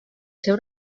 seu